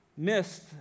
missed